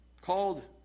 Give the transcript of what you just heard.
called